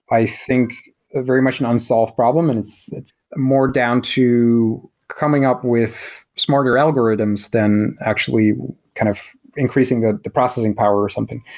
i think, a very much an unsolved problem and it's it's more down to coming up with smarter algorithms than actually kind of increasing the the processing power or something.